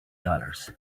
dollars